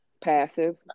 passive